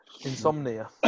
Insomnia